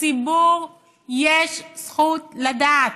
שלציבור יש זכות לדעת.